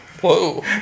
whoa